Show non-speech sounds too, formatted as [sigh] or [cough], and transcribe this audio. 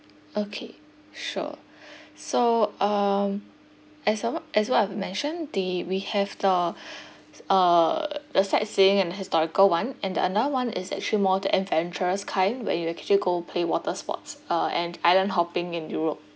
okay sure [breath] so um as uh what as what I have mention the we have the [breath] uh the sightseeing and historical [one] and the another [one] is actually more to adventurous kind where you actually go play water sports uh and island hopping in europe